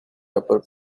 upper